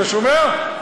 אתה שומע?